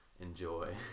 enjoy